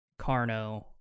Carno